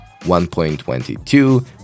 1.22